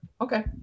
okay